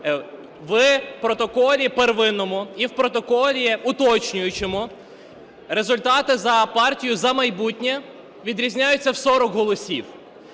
В протоколі первинному і в протоколі уточнюючому результати за "Партію "За майбутнє" відрізняються в 40 голосів.